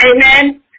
Amen